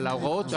אבל ההוראות,